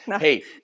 hey